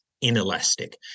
inelastic